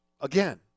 again